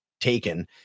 taken